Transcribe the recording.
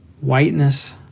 whiteness